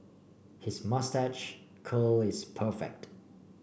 his moustache curl is perfect